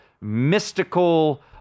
mystical